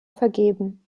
vergeben